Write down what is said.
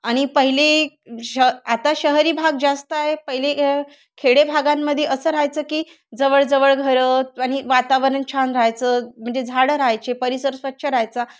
आणि पहिले श आता शहरी भाग जास्त आहे पहिले खेडे भागांमध्ये असं व्हायचं की जवळजवळ घरं आणि वातावरण छान राहायचं म्हणजे झाडं राहायचे परिसर स्वच्छ राहायचा